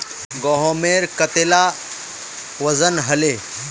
गहोमेर कतेला वजन हले